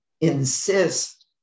insist